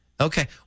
Okay